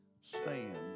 stand